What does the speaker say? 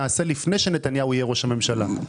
תערוך לפני שנתניהו יהיה ראש הממשלה,